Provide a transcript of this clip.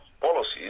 policies